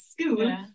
school